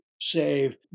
save